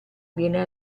viene